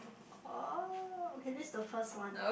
oh okay that's the first one